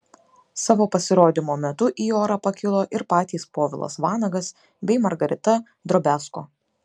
savo pasirodymo metu į orą pakilo ir patys povilas vanagas bei margarita drobiazko